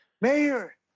Mayor